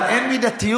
אבל אין מידתיות.